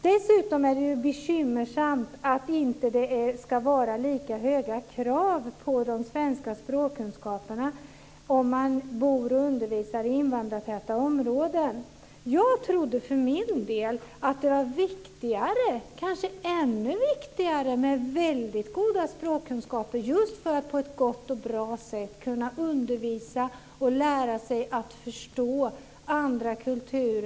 Dessutom är det bekymmersamt att det inte ska ställas lika höga krav på de svenska språkkunskaperna om man bor och undervisar i invandrartäta områden. Jag trodde för min del att det kanske var ännu viktigare med väldigt goda språkkunskaper där för att på ett gott och bra sätt kunna undervisa och lära sig att förstå andra kulturer.